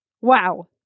Wow